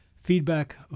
Feedback